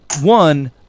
one